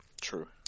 True